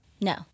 No